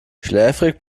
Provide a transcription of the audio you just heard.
schläfrig